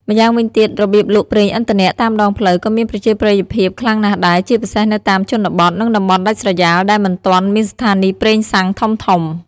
ម្យ៉ាងវិញទៀត របៀបលក់ប្រេងឥន្ធនៈតាមដងផ្លូវក៏មានប្រជាប្រិយភាពខ្លាំងណាស់ដែរ ជាពិសេសនៅតាមជនបទ និងតំបន់ដាច់ស្រយាលដែលមិនទាន់មានស្ថានីយ៍ប្រេងសាំងធំៗ។